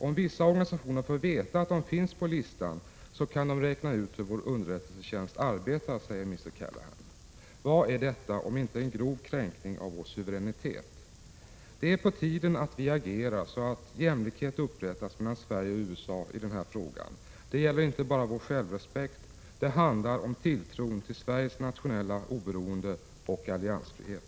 Om vissa organisationer får veta att de finns på listan kan de räkna ut hur vår underrättelsetjänst arbetar, säger mister Callahan. Vad är detta om inte en grov kränkning av vår suveränitet. Det är på tiden att vi agerar så att jämlikhet upprättas mellan Sverige och USA i den här frågan. Det gäller inte bara vår självrespekt. Det handlar om tilltron till Sveriges nationella oberoende och alliansfrihet.